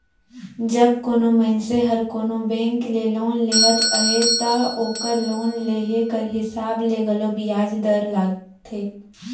जब कोनो मइनसे हर कोनो बेंक ले लोन लेहत अहे ता ओकर लोन लेहे कर हिसाब ले घलो बियाज दर लगथे